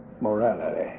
morality